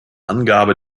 angabe